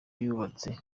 yubatse